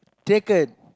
taken